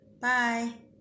Bye